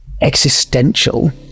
existential